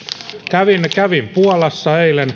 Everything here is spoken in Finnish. kävin puolassa eilen